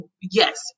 yes